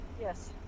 yes